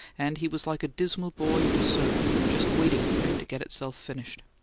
and he was like a dismal boy at a sermon, just waiting for it to get itself finished.